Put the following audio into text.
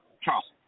Charles